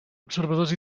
observadors